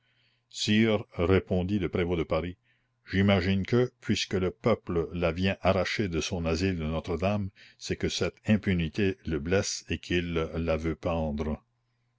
sire répondit le prévôt de paris j'imagine que puisque le peuple la vient arracher de son asile de notre-dame c'est que cette impunité le blesse et qu'il la veut pendre